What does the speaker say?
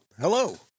hello